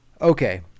Okay